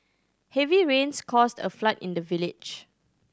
heavy rains caused a flood in the village